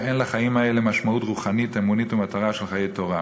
אין לחיים האלה משמעות רוחנית אמונית ומטרה של חיי תורה.